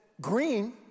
green